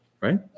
right